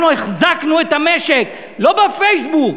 אנחנו החזקנו את המשק לא בפייסבוק,